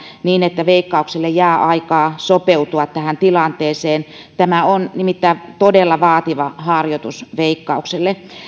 niin että veikkaukselle jää aikaa sopeutua tähän tilanteeseen tämä on nimittäin todella vaativa harjoitus veikkaukselle